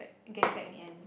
get it back in the end